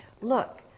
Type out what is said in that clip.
look